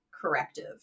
corrective